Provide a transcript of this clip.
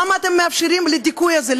למה אתם מאפשרים לדיכוי הזה,